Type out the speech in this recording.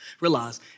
realize